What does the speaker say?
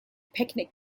picnic